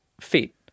Feet